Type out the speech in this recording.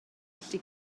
allu